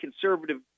conservative –